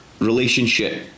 relationship